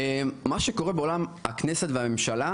מה שקורה מבחינת הכנסת והממשלה,